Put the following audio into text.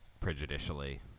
prejudicially